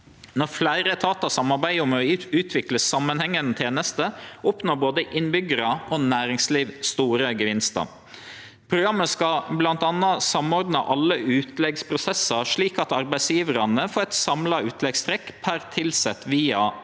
Når fleire etatar samarbeider om å utvikle samanhengande tenester, oppnår både innbyggjarar og næringsliv store gevinstar. Programmet skal bl.a. samordne alle utleggprosessar, slik at arbeidsgjevarane får eit samla utleggstrekk per tilsett via a-ordninga.